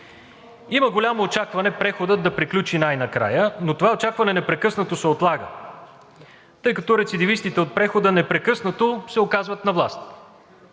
Има голямо очакване преходът на приключи най-накрая, но това очакване непрекъснато се отлага, тъй като рецидивистите от прехода непрекъснато се оказват на власт.